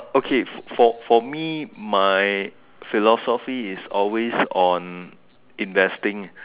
okay for for me my philosophy is always on investing